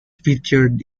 featured